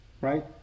Right